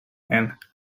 and